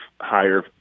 higher